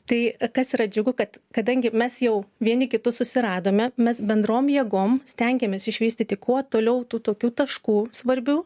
tai kas yra džiugu kad kadangi mes jau vieni kitus susiradome mes bendrom jėgom stengiamės išvystyti kuo toliau tų tokių taškų svarbių